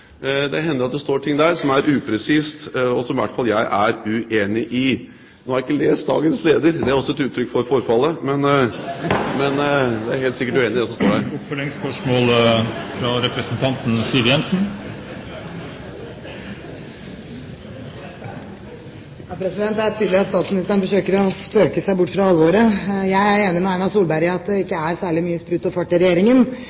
Nå har jeg ikke lest dagens leder – det er også et uttrykk for forfallet – men jeg er helt sikkert uenig i det som står der. Det er tydelig at statsministeren forsøker å spøke seg bort fra alvoret. Jeg er enig med Erna Solberg i at det